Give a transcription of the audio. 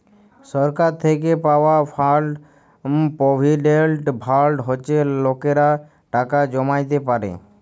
সরকার থ্যাইকে পাউয়া fund provident fund হছে লকেরা টাকা জ্যমাইতে পারে